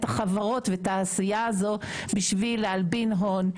החברות ואת התעשייה הזאת בשביל להלבין הון,